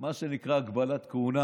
מה שנקרא הגבלת כהונה